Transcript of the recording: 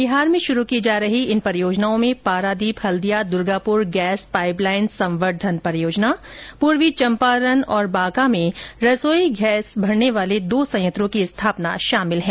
बिहार में शुरू हो रही इन परियोजनाओं में Paradip Haldia Durgapur gas pipeline संवर्धन परियोजना पूर्वी चम्पारन और बांका में रसोई गैस भरने वाले दो संयंत्रों की स्थापना की परियोजनाए शामिल हैं